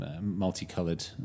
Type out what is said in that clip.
multicolored